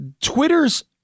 twitter's